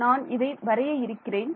நான் இதை வரைய இருக்கிறேன்